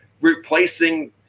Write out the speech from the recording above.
replacing